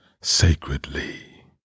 sacredly